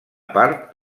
part